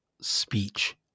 speech